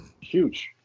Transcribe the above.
Huge